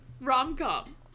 rom-com